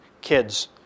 kids